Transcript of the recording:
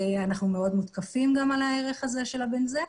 אנחנו גם מאוד מותקפים על הערך הזה של ה-בנזן.